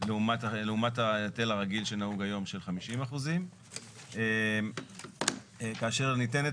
לעומת ההיטל הרגיל שנהוג היום של 50%. כאשר ניתנת